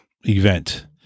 event